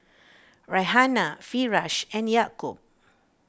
Raihana Firash and Yaakob